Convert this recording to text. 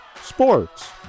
sports